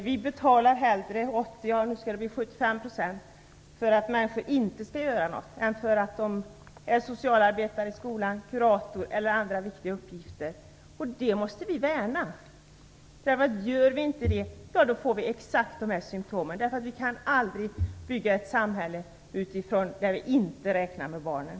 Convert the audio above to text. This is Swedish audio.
Vi betalar hellre 80 % av inkomsten - nu skall det bli 75 %- för att människor inte skall göra någonting än för att de är socialarbetare i skolan, kuratorer eller utför andra viktiga uppgifter. Men detta måste vi värna. Gör vi inte det får vi exakt dessa symtom. Vi kan aldrig bygga ett samhälle där vi inte räknar med barnen.